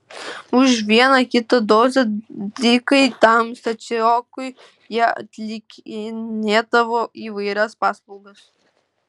už vieną kitą dozę dykai tam stačiokui jie atlikinėdavo įvairias paslaugas